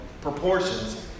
proportions